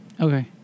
Okay